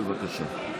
בבקשה.